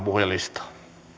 puhujalistaa